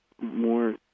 more